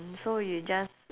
so you just